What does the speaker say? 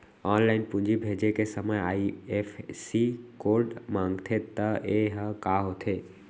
Online पूंजी भेजे के समय आई.एफ.एस.सी कोड माँगथे त ये ह का होथे?